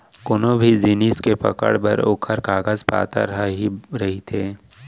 कोनो भी जिनिस के पकड़ बर ओखर कागज पातर ह ही रहिथे